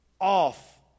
off